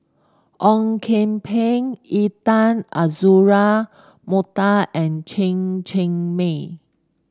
Ong Kian Peng Intan Azura Mokhtar and Chen Cheng Mei